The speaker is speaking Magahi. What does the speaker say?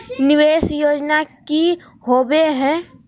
निवेस योजना की होवे है?